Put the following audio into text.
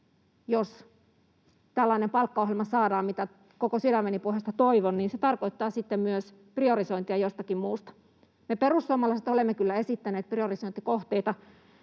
jos tällainen palkkaohjelma saadaan, mitä koko sydämeni pohjasta toivon, niin se tarkoittaa sitten myös priorisointia jostakin muusta. Me perussuomalaiset olemme kyllä esittäneet priorisointikohteita.